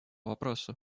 вопросу